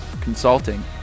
consulting